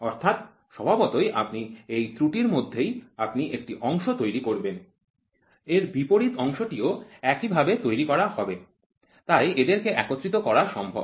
অর্থাৎ স্বভাবতই এই ত্রুটির মধ্যেই আপনি একটি অংশ তৈরি করবেন এর বিপরীত অংশটিও একই ভাবে তৈরি করা হবে তাই এদেরকে একত্রিত করা সম্ভব